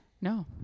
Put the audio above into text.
No